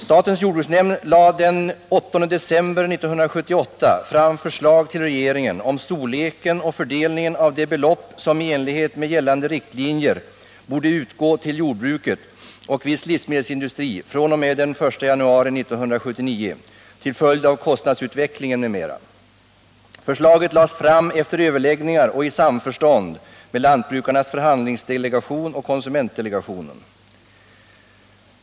Statens jordbruksnämnd lade den 8 december 1978 fram förslag till regeringen om storleken och fördelningen av det belopp som i enlighet med gällande riktlinjer borde utgå till jordbruket och viss livsmedelsindustri fr.o.m. den 1 januari 1979 till följd av kostnadsutvecklingen m.m. Förslaget lades fram efter överläggningar och i samförstånd med lantbrukarnas förhandlingsdelegation och konsumentdelegationen.